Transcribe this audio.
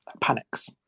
panics